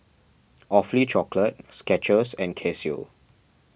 Awfully Chocolate Skechers and Casio